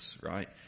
right